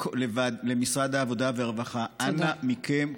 למשרד העבודה והרווחה: אנא מכם,